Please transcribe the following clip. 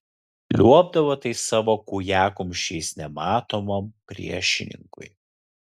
liuobdavo tais savo kūjakumščiais nematomam priešininkui